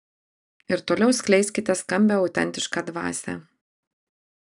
ir toliau skleiskite skambią autentišką dvasią